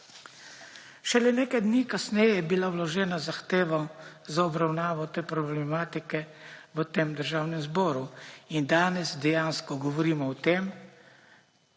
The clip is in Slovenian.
Šele nekaj dni kasneje je bila vložena zahteva za obravnavo te problematike v tem Državnem zboru. In danes dejansko govorimo o tem,